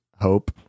hope